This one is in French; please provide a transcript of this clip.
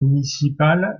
municipal